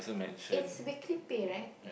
it's a bit creepy right